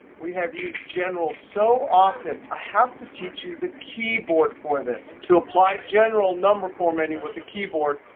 we have used general so often i have to teach you the keyboard for this. to apply general number formatting with the keyboard,